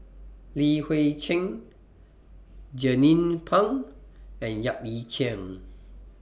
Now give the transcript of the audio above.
Li Hui Cheng Jernnine Pang and Yap Ee Chian